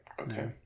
okay